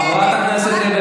חברת הכנסת לוי